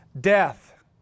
death